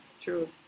true